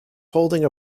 holding